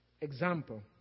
example